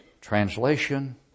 Translation